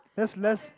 less less